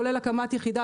כולל הקמת יחידה,